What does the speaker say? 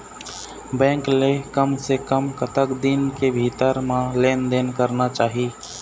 Bank ले कम से कम कतक दिन के भीतर मा लेन देन करना चाही?